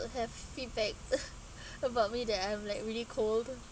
I have feedback about me that I'm like really cold